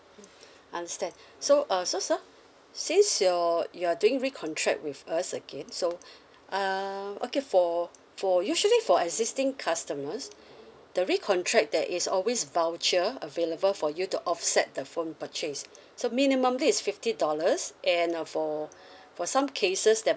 understand so uh so sir since your you're doing recontract with us again so um okay for for usually for existing customers mm the recontract that is always voucher available for you to offset the phone purchase so minimally is fifty dollars and err for for some cases that